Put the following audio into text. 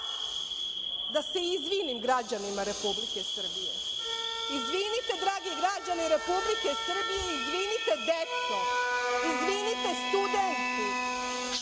da se izvinim građanima Republike Srbije. izvinite, dragi građani Republike Srbije, izvinite deco, izvinite studenti,